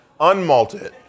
unmalted